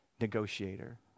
negotiator